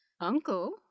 uncle